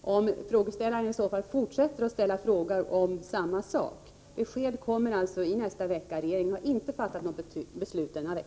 och frågeställaren fortsätter att ställa frågor om samma sak. Besked kommer i nästa vecka. Regeringen har inte fattat något beslut denna vecka.